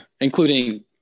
including